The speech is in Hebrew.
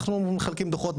אנחנו מחלקים דוחות,